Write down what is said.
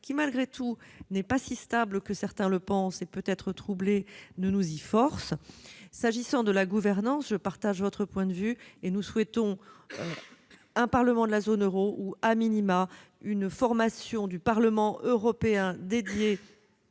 qui n'est pas aussi stable que certains le pensent et peut être troublée, nous y force. S'agissant de la gouvernance, je partage votre point de vue et nous souhaitons un Parlement de la zone euro ou,, une formation du Parlement européen dédiée